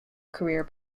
career